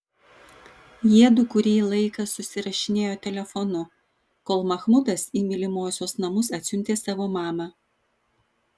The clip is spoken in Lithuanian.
jiedu kurį laiką susirašinėjo telefonu kol mahmudas į mylimosios namus atsiuntė savo mamą